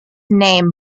name